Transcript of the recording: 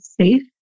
safe